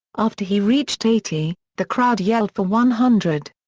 after he reached eighty, the crowd yelled for one hundred.